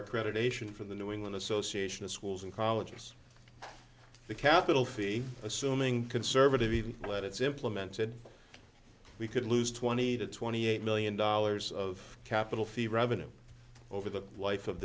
accreditation from the new england association of schools and colleges the capital fee assuming conservative even that it's implemented we could lose twenty to twenty eight million dollars of capital fee revenue over the life of